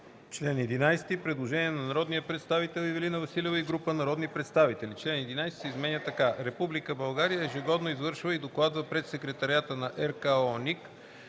чл. 11 има предложение на народния представител Ивелина Василева и група народни представители – чл. 11 се изменя така: „Чл.11. (1) Република България ежегодно извършва и докладва пред Секретариата на РКООНИК